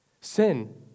sin